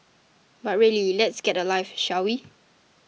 but really let's get a life shall we